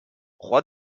roi